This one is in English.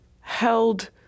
held